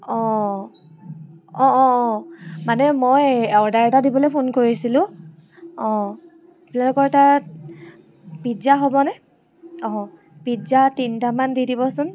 অ' অ' অ' অ' মানে মই অৰ্ডাৰ এটা দিবলৈ ফোন কৰিছিলো অ' আপোনালোকৰ তাত পিজ্জা হ'বনে অ' পিজ্জা তিনিটা মান দি দিবচোন